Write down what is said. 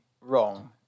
wrong